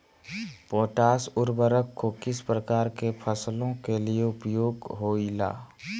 Potash उर्वरक को किस प्रकार के फसलों के लिए उपयोग होईला?